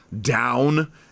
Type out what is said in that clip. down